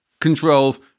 controls